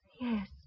Yes